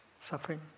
suffering